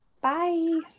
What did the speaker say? Bye